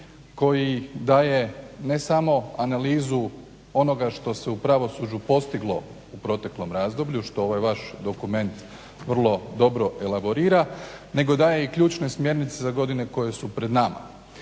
koji daje ne samo analizu onoga što se u pravosuđu postiglo u proteklom razdoblju, što ovaj vaš dokument vrlo dobro elaborira, nego da je i ključne smjernice za godine koje su pred nama,